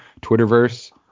Twitterverse